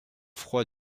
froid